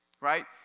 right